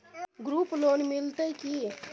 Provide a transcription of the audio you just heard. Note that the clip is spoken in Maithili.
ग्रुप लोन मिलतै की?